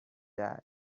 die